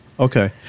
Okay